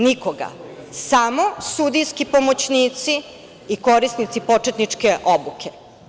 Nikoga, samo sudijski pomoćnici i korisnici početničke obuke.